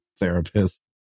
therapist